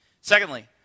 Secondly